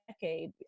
decade